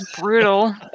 brutal